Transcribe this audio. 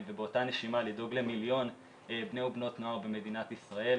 ובאותה נשימה לדאוג למיליון בני ובנות נוער במדינת ישראל.